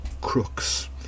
crooks